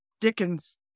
Dickens